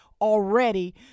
already